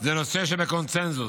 זה נושא שבקונסנזוס.